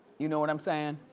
you know what i'm sayin'?